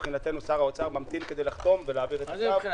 מבחינתנו שר האוצר ממתין כדי לחתום ולהעביר את הצו -- מה זה מבחינתנו?